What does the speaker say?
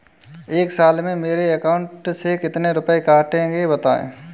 एक साल में मेरे अकाउंट से कितने रुपये कटेंगे बताएँ?